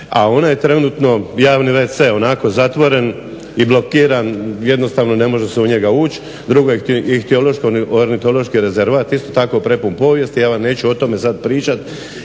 a ona je trenutno javni wc onako zatvoren i blokiran, jednostavno ne može se u njega ući. Drugo je …/Govornik se ne razumije./… rezervat isto tako prepun povijesti. Ja vam neću o tome sad pričati,